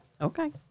Okay